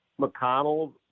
McConnell